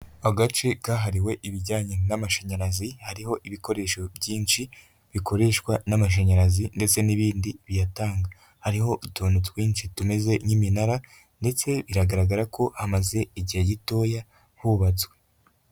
Agace kahariwe ibijyanye n'amashanyarazi, hariho ibikoresho byinshi, bikoreshwa n'amashanyarazi ndetse n'ibindi biyatanga, hariho utuntu twinshi tumeze nk'iminara ndetse biragaragara ko hamaze igihe gitoya hubatswe.